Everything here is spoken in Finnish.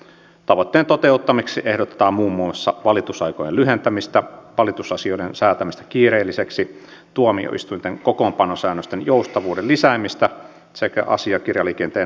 tavoitteen toteuttamiseksi ehdotetaan muun muassa valitusaikojen lyhentämistä valitusasioiden säätämistä kiireelliseksi tuomioistuinten kokoonpanosäännösten joustavuuden lisäämistä sekä asiakirjaliikenteen nopeuttamista